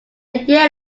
year